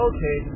Okay